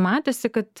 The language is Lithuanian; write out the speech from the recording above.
matėsi kad